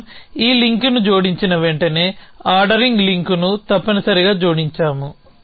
మనం ఈ లింక్ని జోడించిన వెంటనే ఆర్డరింగ్ లింక్ను తప్పనిసరిగా జోడించాము